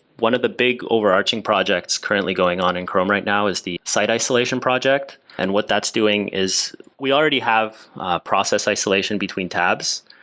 one of the big overarching projects currently going on in chrome right now is the site isolation project. and what that's doing is we already have process isolation between tabs.